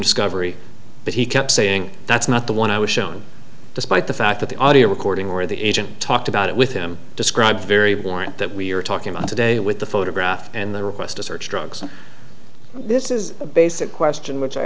discovery but he kept saying that's not the one i was shown despite the fact that the audio recording where the agent talked about it with him described very blunt that we're talking about today with the photograph and the requests to search drugs this is a basic question which i